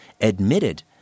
admitted